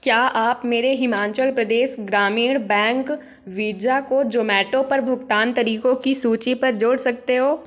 क्या आप मेरे हिमाचल प्रदेश ग्रामीण बैंक वीजा को जोमैटो पर भुगतान तरीक़ों की सूची पर जोड़ सकते हो